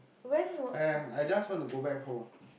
eh I just want to go back home